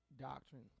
doctrine